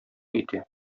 итә